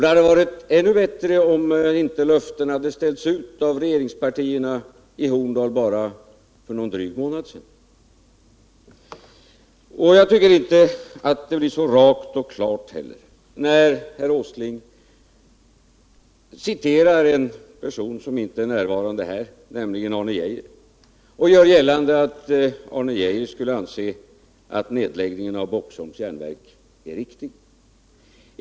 Det hade varit ännu bättre om inte löften hade givits av regeringspartierna så sent som för någon månad sedan i Horndal. Jag tycker inte heller att det blir varken rakt eller klart, när herr Åsling citerar en person som inte är närvarande här, nämligen Arne Geijer, och gör gällande att han skulle anse att nedläggningen av Boxholms järnverk är en riktig åtgärd.